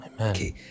Amen